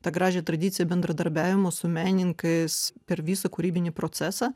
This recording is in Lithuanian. tą gražią tradiciją bendradarbiavimo su menininkais per visą kūrybinį procesą